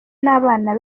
n’abana